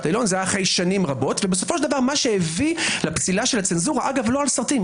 העליון אלא אחרי שנים רבות ומה שהביא לפסילת הצנזורה לא על סרטים,